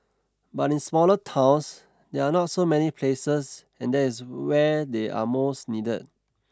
but in smaller towns there are not so many places and there is where they are most needed